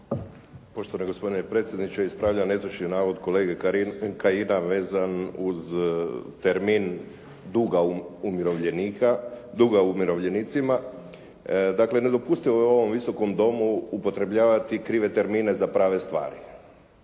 Poštovani gospodine predsjedniče, ispravljam netočni navod kolege Kajina vezan uz termin duga umirovljenicima. Dakle, nedopustivo je u ovom Visokom domu upotrebljavati krive termine za prave stvari.